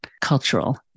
cultural